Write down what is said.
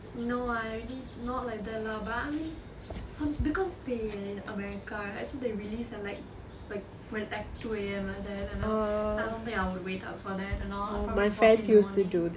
no I'm already not like that lah but I mean some because they are in America right so they released at like like when at two A_M like that and now I don't think I would wait up for that and all I'll just watch it in the morning